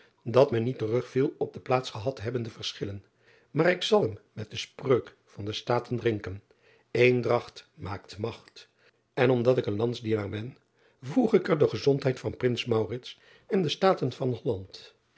dat men niet terug viel op de plaats gehad hebbende verschillen maar ik zal hem met de spreuk van de taten drinken endragt aakt agt en omdat ik een andsdienaar ben voeg ik er bij de gezondheid van rins en de taten van olland